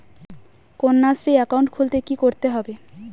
Kanyashree account খুলতে কী করতে হবে?